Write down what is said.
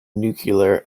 nuclear